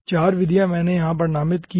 चार विधियाँ मैंने यहाँ पर नामित की हैं